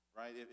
right